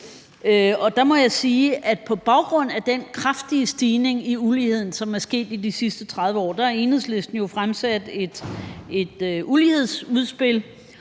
sige, at Enhedslisten på baggrund af den kraftige stigning i uligheden, som er sket i de sidste 30 år, har fremsat et ulighedsudspil